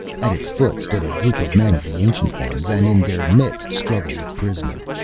at its foot stood a group of men of the ancient ones, and in their midst struggled a prisoner.